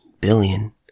billion